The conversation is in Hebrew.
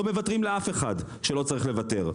לא מוותרים לאף אחד שלא צריך לוותר לו.